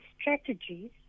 strategies